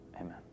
Amen